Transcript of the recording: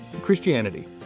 Christianity